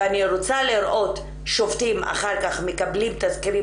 ואני רוצה לראות שופטים אחר כך מקבלים תסקירים